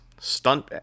stunt